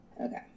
Okay